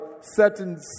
certain